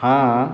हाँ